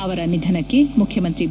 ಅವರ ನಿಧನಕ್ಕೆ ಮುಖ್ಯಮಂತ್ರಿ ಬಿ